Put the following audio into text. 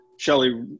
Shelly